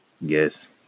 Yes